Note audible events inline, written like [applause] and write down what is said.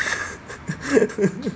[laughs]